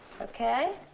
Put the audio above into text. Okay